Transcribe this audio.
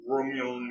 Romeo